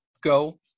go